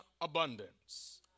abundance